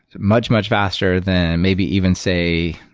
much, much faster than maybe even, say,